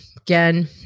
again